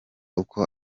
uko